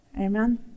Amen